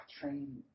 Train